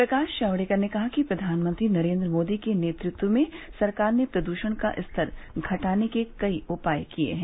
प्रकाश जावड़ेकर ने कहा कि प्रधानमंत्री नरेन्द्र मोदी के नेतृत्व में सरकार ने प्रदूषण का स्तर घटाने के कई उपाय किए हैं